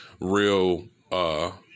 real